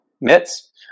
mitts